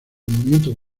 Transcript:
movimiento